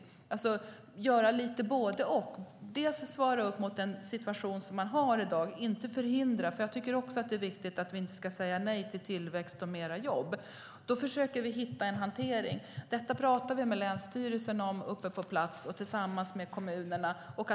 Jag menar alltså att göra lite både och, och svara upp mot den situation som man har i dag och inte förhindra. Jag tycker nämligen också att det är viktigt att vi inte säger nej till tillväxt och flera jobb. Därför försöker vi hitta en hantering. Detta talar vi om med länsstyrelsen på plats och tillsammans med kommunerna.